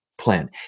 Plan